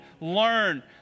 learn